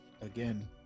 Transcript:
again